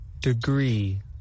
Degree